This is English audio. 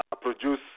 produce